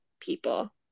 people